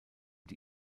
die